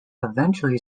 eventually